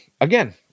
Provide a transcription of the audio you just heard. Again